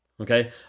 okay